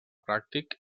pràctic